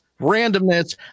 randomness